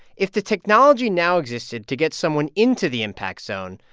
if the technology now existed to get someone into the impact zone,